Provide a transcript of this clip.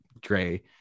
Dre